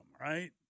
right